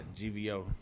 GVO